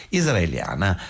israeliana